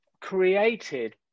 created